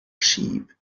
sheep